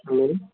hello